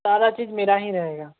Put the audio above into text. सारा चीज़ मेरा ही रहेगा